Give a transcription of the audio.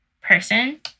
person